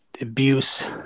abuse